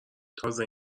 تازه